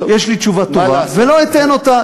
יש לי תשובה טובה ולא אתן אותה,